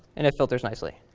and it filters nicely.